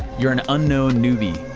you're an unknown newbie.